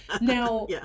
Now